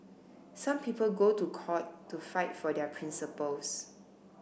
some people go to court to fight for their principles